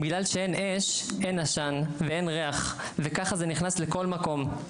בגלל שאין אש אין עשן ואין ריח וככה זה נכנס לכל מקום.